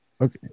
Okay